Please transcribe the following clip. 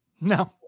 No